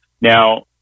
Now